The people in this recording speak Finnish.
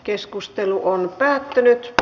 keskustelu päättyi